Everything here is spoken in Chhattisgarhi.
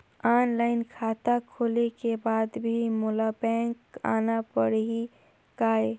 ऑनलाइन खाता खोले के बाद भी मोला बैंक आना पड़ही काय?